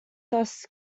thus